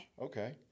Okay